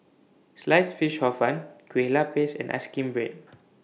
Sliced Fish Hor Fun Kueh Lupis and Ice Cream Bread